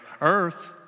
earth